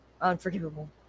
Unforgivable